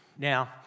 Now